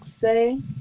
say